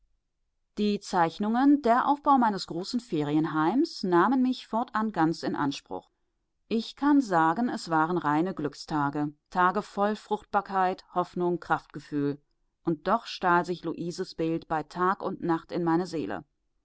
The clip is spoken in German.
die zeichnungen der aufbau meines großen ferienheims nahmen mich fortan ganz in anspruch ich kann sagen es waren reine glückstage tage voll fruchtbarkeit hoffnung kraftgefühl und doch stahl sich luises bild bei tag und nacht in meine seele